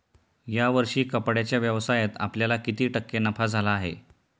या वर्षी कपड्याच्या व्यवसायात आपल्याला किती टक्के नफा झाला आहे?